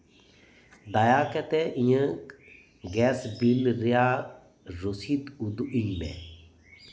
ᱫᱟᱭᱟ ᱠᱟᱛᱮᱫ ᱤᱧᱟᱹᱜ ᱜᱮᱥ ᱵᱤᱞ ᱨᱮᱭᱟᱜ ᱨᱚᱥᱤᱫ ᱩᱫᱩᱜ ᱟᱹᱧ ᱢᱮ